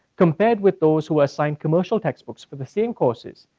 compared with those who are assigned commercial textbooks with the same courses,